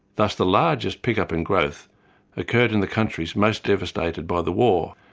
thus the largest pick-up in growth occurred in the countries most devastated by the war,